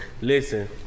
Listen